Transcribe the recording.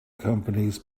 companies